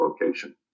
location